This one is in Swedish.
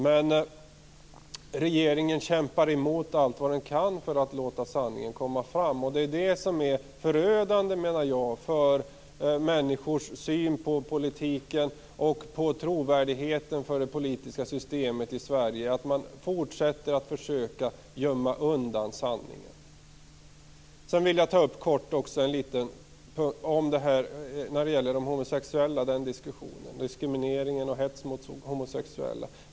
Men regeringen kämpar emot allt vad den kan för att inte låta sanningen komma fram. Det är det som är förödande, menar jag, för människors syn på politiken och på trovärdigheten för det politiska systemet i Sverige, att man fortsätter att försöka gömma undan sanningen. Sedan vill jag kort också beröra en punkt i diskussionen om de homosexuella, diskrimineringen och hetsen mot homosexuella.